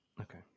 Okay